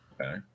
Okay